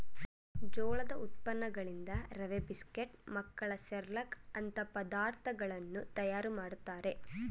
ಜೋಳದ ಉತ್ಪನ್ನಗಳಿಂದ ರವೆ, ಬಿಸ್ಕೆಟ್, ಮಕ್ಕಳ ಸಿರ್ಲಕ್ ಅಂತ ಪದಾರ್ಥಗಳನ್ನು ತಯಾರು ಮಾಡ್ತರೆ